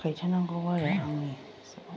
गायथारनांगौबा आं आंनि